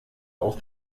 auf